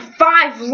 five